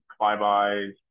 flybys